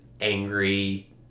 angry